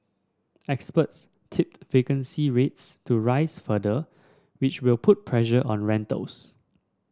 experts tipped vacancy rates to rise further which will put pressure on rentals